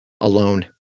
alone